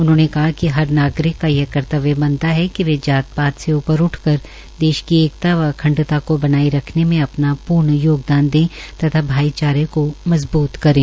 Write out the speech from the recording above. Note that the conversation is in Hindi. उन्होंने कहा कि हर नागरिक का यह कर्त्तव्य बनता है कि वे जात पात से ऊपर उठकर देश की एकता व अखंडता को बनाए रखने में अपना पूर्ण योगदान दे तथा भाईचारे को मजबूत करें